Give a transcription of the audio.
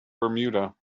bermuda